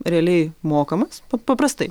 realiai mokamas pa paprastai